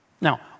Now